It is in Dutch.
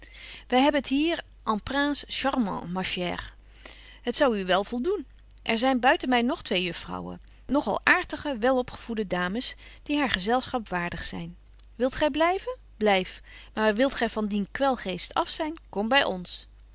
wy hebben het hier en prince charmant ma chere het zou u wel voldoen er zyn buiten my nog twee juffrouwen nog al aartige welopgevoede dames die haar gezelschap waardig zyn wilt gy blyven blyf maar wilt gy van dien kwelgeest afzyn kom by ons